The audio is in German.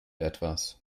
etwas